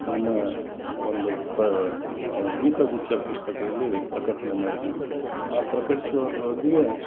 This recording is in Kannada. ನನ್ನ ಒಂದು ಪ ಮ ಗೀತಗುಚ್ಛ ಪುಸ್ತಕದಲ್ಲಿ ಪ್ರಕಟಣೆ ಮಾಡಿದ್ದೀವಿ ಆ ಪ್ರಕಟಿಸುವವೊಂದಿಗೆ